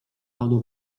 panu